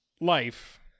Life